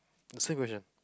the same question